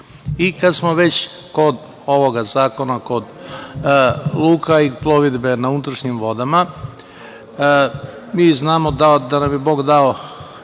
smo već kod ovog zakona, kod luka i plovidbe na unutrašnjim vodama, mi znamo da nam je Bog dao